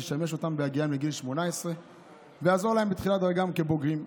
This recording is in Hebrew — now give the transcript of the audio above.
שישמש אותם בהגיעם לגיל 18 ויעזור להם בתחילת דרכם כבוגרים.